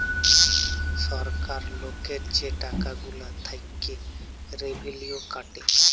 ছরকার লকের যে টাকা গুলা থ্যাইকে রেভিলিউ কাটে